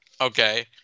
Okay